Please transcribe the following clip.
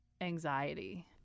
anxiety